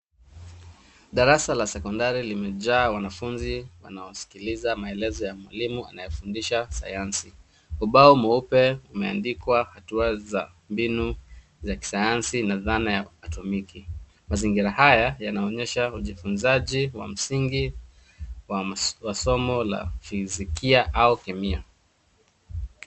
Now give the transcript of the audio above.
Darasa la sekondari limejaa wanafunzi wanaosikiliza maelezo ya mwalimu anayefundisha sayansi. Ubao mweupe umeandikwa hatua za mbinu za kisayansi na dhana hayatumiki. Mazingira haya yanaonyesha ujifunzaji wa msingi wa somo la fizikia au kemia.